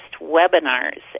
webinars